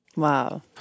Wow